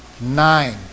nine